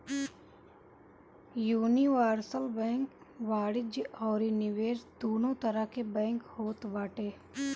universal bank वाणिज्य अउरी निवेश दूनो तरह के बैंक होत बाटे